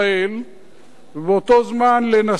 ובאותו זמן, לנסר את הענף,